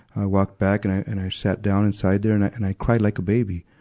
i walked back and i, and i sat down inside there and i, and i cried like a baby.